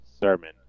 sermon